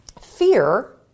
fear